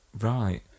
Right